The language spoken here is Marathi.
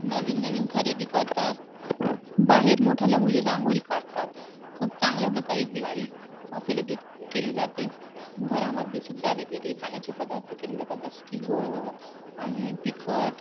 नवीन नवीन खरेदी करतात बाहेर मोठाल्या मुली रांगोळी काढतात खूप चांगल्याप्रकारे दिवाळी सेलिब्रेट केली जाते घरामध्येसुद्धा वेगवेगळे खाण्याचे पदार्थ केले जातात जसे की गोड आणि तिखट